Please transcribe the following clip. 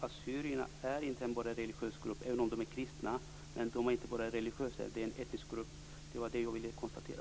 Assyrierna är inte bara en religiös grupp även om de är kristna. De är inte bara religiösa. Det är en etnisk grupp. Det var bara det jag ville konstatera.